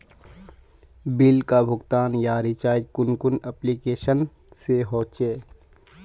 Bill का भुगतान या रिचार्ज कुन कुन एप्लिकेशन से होचे?